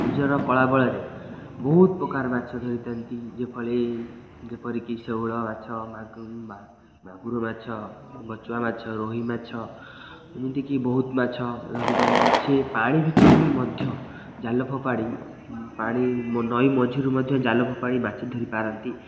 ନିଜର କଳା ବଳରେ ବହୁତ ପ୍ରକାର ମାଛ ଧରିଥାନ୍ତି ଯେଫଳି ଯେପରିକି ଶେଉଳ ମାଛ ମାଗୁର ମାଛ ବଚୁଆ ମାଛ ରୋହି ମାଛ ଏମିତିକି ବହୁତ ମାଛ ଲଗିଥାନ୍ତି ସେ ପାଣି ଭିତରୁ ବି ମଧ୍ୟ ଜାଲ ଫୋପାଡ଼ି ପାଣି ନଈ ମଝିରୁ ମଧ୍ୟ ଜାଲ ଫୋପାଡ଼ି ପାଣି ମାଛ ଧରିପାରନ୍ତି